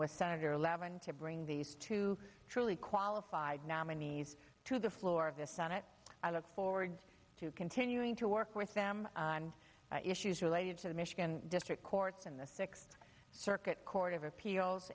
with senator levin to bring these two truly qualified nominees to the floor of the senate i look forward to continuing to work with them on issues related to the michigan district court in the sixth circuit court of appeals